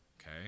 okay